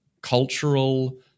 cultural